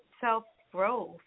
self-growth